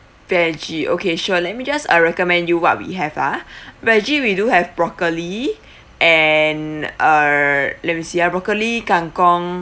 vege okay sure let me just uh recommend you what we have ah veggie we do have broccoli and uh let me see ah broccoli kang kong